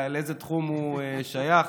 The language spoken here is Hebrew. לאיזה תחום הוא שייך.